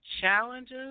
challenges